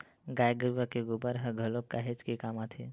गाय गरुवा के गोबर ह घलोक काहेच के काम आथे